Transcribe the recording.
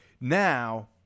Now